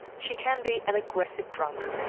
she can be an aggressive drunk,